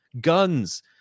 guns